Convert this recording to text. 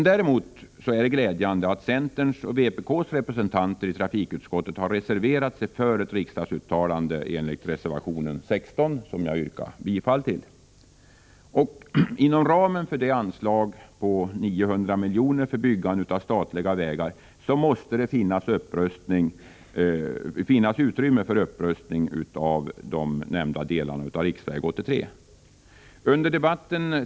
Däremot är det glädjande att centerns och vpk:s representanter i trafikutskottet har reserverat sig för ett riksdagsuttalande enligt reservation 15, till vilken jag yrkar bifall. Inom ramen för ett anslag på 900 miljoner för byggande av statliga vägar måste det finnas utrymme för upprustning av de nämnda delarna av riksväg 83.